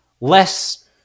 less